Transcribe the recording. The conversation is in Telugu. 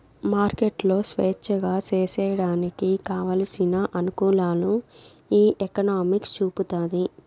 మార్కెట్లు స్వేచ్ఛగా సేసేయడానికి కావలసిన అనుకూలాలు ఈ ఎకనామిక్స్ చూపుతాది